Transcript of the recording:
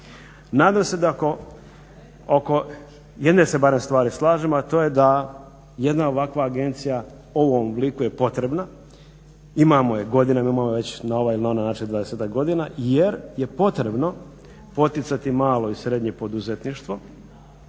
Nadam se oko jedne se barem stvari slažemo a to je da jedna ovakva agencija u ovom obliku je potrebna, imamo je godinama imamo je već na ovaj ili na onaj način dvadesetak godina jer je potrebno poticati malo i srednje poduzetništvo